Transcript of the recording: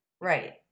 right